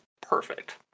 perfect